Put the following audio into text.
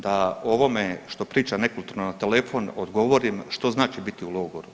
Da ovome što priča netko na telefon, odgovorim, što znači biti u logoru.